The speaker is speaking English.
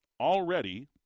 already